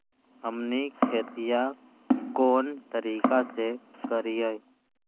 हमनी खेतीया कोन तरीका से करीय?